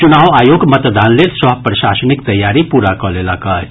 चुनाव आयोग मतदान लेल सभ प्रशासनिक तैयारी पूरा कऽ लेलक अछि